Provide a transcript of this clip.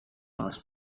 mars